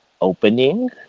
opening